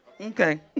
Okay